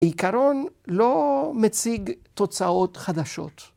‫עיקרון לא מציג תוצאות חדשות.